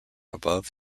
above